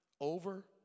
over